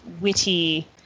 witty